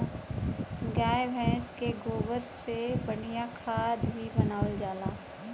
गाय भइस के गोबर से बढ़िया खाद भी बनावल जाला